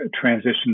transition